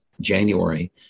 January